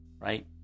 right